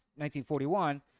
1941